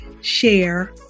share